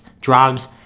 drugs